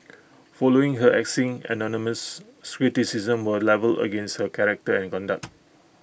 following her axing anonymous criticisms were levelled against her character and conduct